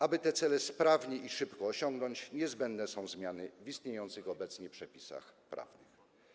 Aby te cele sprawnie i szybko osiągnąć, niezbędne są zmiany w istniejących obecnie przepisach prawnych: